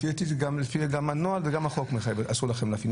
לפי דעתי גם לפי הנוהל וגם החוק אסור לכם להפעיל.